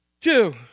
two